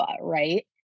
right